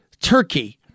Turkey